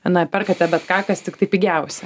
na perkate bet ką kas tiktai pigiausia